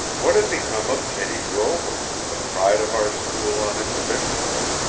what had become of teddy grover, the pride of our school on exhibition day?